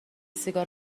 سیگار